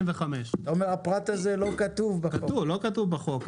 הפרט הזה לא כתוב בתקנות.